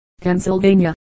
Pennsylvania